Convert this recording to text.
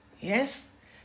Yes